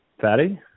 Fatty